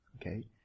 Okay